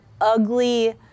ugly